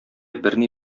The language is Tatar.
берни